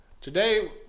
today